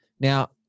Now